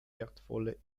wertvolle